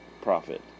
profit